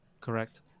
Correct